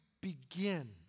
begin